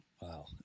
wow